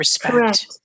Correct